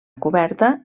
coberta